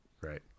right